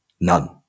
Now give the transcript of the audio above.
None